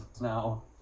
now